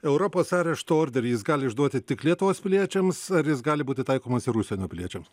europos arešto orderį jis gali išduoti tik lietuvos piliečiams ar jis gali būti taikomas ir užsienio piliečiams